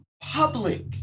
public